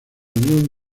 unión